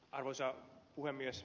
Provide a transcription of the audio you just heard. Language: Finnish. arvoisa puhemies